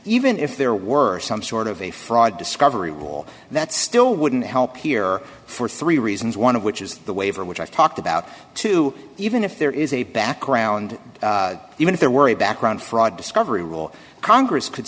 even if there were some sort of a fraud discovery rule that still wouldn't help here for three reasons one of which is the waiver which i talked about too even if there is a background even if there were a background fraud discovery rule congress could